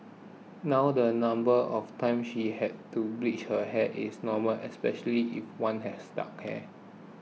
now the number of times she had to bleach her hair is normal especially if one has dark hair